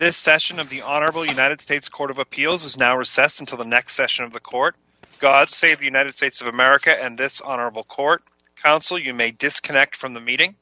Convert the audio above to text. this session of the honorable united states court of appeals has now recess until the next session of the court god save the united states of america and this honorable court counsel you may disconnect from the meeting